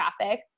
traffic